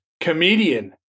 comedian